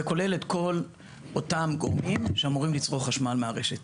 זה כולל את כל אותם גורמים שאמורים לצרוך חשמל מהרשת.